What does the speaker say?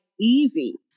easy